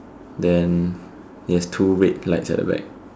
then it has two red lights at the back